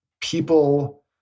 people